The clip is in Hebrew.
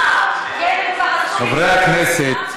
חברי הכנסת,